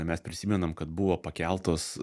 mes prisimenam kad buvo pakeltos